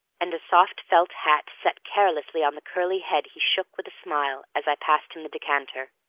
and a soft felt hat set carelessly on the curly head he shook with a smile as i passed him the decanter.